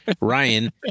ryan